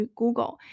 Google